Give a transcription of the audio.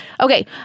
Okay